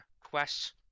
quest